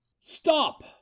stop